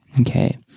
Okay